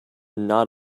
not